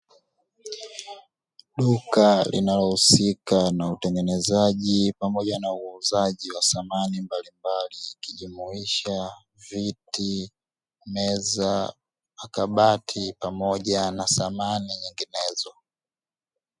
Duka linalohusika na utengenaji pamoja na uuzaji wa samani mbalimbali ikijumuisha viti, meza, makabati pamoja na samani nyinginezo.